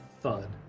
thud